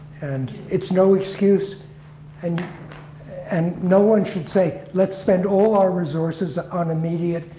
and it's no excuse and and no one should say let's spend all our resources on immediate,